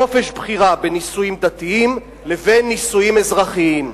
חופש בחירה בין נישואים דתיים לנישואים אזרחיים.